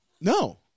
No